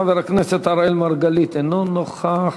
חבר הכנסת אראל מרגלית, אינו נוכח.